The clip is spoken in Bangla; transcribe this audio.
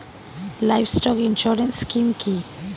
লাইভস্টক ইন্সুরেন্স স্কিম কি?